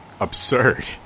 Absurd